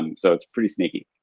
um so it's pretty sneaky.